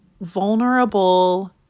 vulnerable